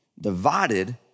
divided